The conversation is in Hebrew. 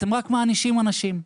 אתם רק מענישים אנשים,